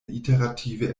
iterative